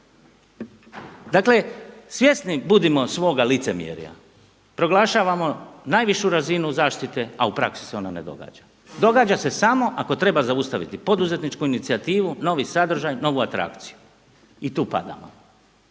Dakle svjesni budimo svoga licemjera, proglašavamo najvišu razinu zašite a u praksi se ona ne događa. Događa se samo ako treba zaustaviti poduzetničku inicijativu, novi sadržaj, novu atrakciju i tu padamo.